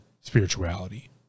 spirituality